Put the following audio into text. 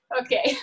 Okay